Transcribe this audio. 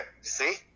See